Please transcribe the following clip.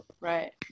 Right